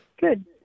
Good